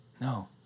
No